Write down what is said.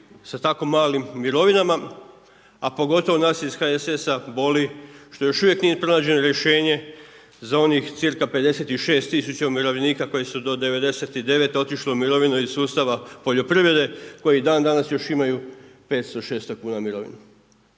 sa tako malim mirovinama, a pogotovo nas ih HSS-a boli što još uvijek nije pronađeno rješenje za onih cirka 56 tisuća umirovljenika koji su do '99. otišli u mirovinu iz sustava poljoprivrede, koji dan danas još imaju 500, 600 kuna mirovinu.